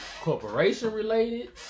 corporation-related